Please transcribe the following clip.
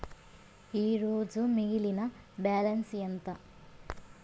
ఈరోజు మిగిలిన బ్యాలెన్స్ ఎంత?